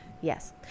yes